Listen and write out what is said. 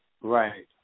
Right